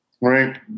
right